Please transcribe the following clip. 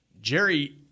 Jerry